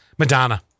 Madonna